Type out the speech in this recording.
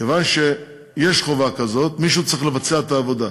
כיוון שיש חובה כזאת, מישהו צריך לבצע את העבודה.